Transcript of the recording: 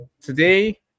today